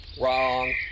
Wrong